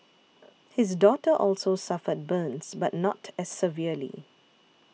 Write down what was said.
his daughter also suffered burns but not as severely